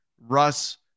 Russ